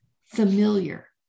familiar